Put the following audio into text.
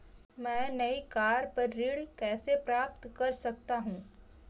मैं नई कार पर ऋण कैसे प्राप्त कर सकता हूँ?